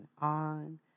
on